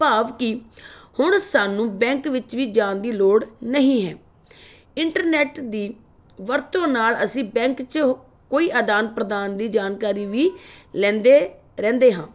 ਭਾਵ ਕਿ ਹੁਣ ਸਾਨੂੂੰ ਬੈਂਕ ਵਿੱਚ ਵੀ ਜਾਣ ਦੀ ਲੋੜ ਨਹੀਂ ਹੈ ਇੰਟਰਨੈੱਟ ਦੀ ਵਰਤੋਂ ਨਾਲ ਅਸੀਂ ਬੈਂਕ 'ਚ ਹੋ ਕੋਈ ਆਦਾਨ ਪ੍ਰਦਾਨ ਦੀ ਜਾਣਕਾਰੀ ਵੀ ਲੈਂਦੇ ਰਹਿੰਦੇ ਹਾਂ